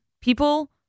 people